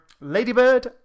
Ladybird